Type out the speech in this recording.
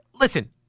Listen